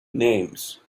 names